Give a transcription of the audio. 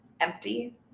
empty